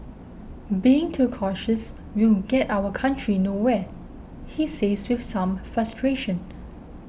being too cautious will get our country nowhere he says with some frustration